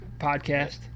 podcast